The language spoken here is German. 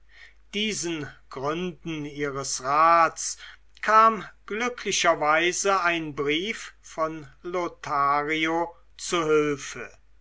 diesen gründen ihres rats kam glücklicherweise ein brief von lothario zu hülfe